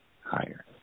higher